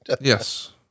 Yes